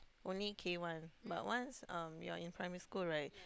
only K-one but once um you're in primary school right